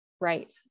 right